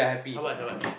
how much how much